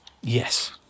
Yes